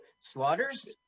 Slaughter's